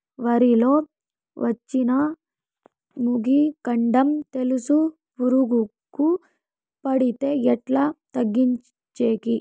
వరి లో వచ్చిన మొగి, కాండం తెలుసు పురుగుకు పడితే ఎట్లా తగ్గించేకి?